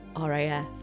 RAF